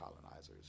colonizers